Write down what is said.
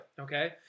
Okay